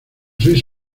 seis